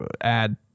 add